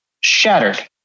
shattered